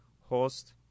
host